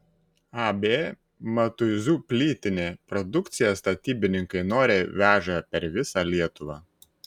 ab matuizų plytinė produkciją statybininkai noriai veža per visą lietuvą